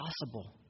possible